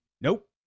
Nope